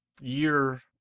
year